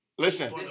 Listen